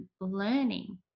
learning